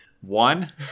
One